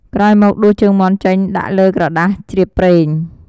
ក្រោយមកដួសជើងមាន់ចេញដាក់លើក្រដាសជ្រាបប្រេង។